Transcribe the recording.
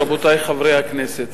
רבותי חברי הכנסת,